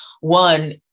One